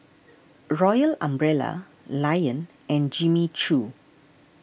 Royal Umbrella Lion and Jimmy Choo